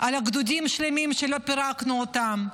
על גדודים שלמים שלא פירקנו אותם.